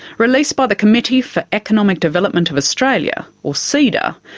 released by the committee for economic development of australia, or ceda,